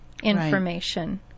information